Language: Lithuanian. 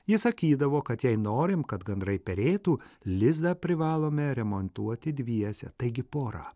ji sakydavo kad jei norim kad gandrai perėtų lizdą privalome remontuoti dviese taigi pora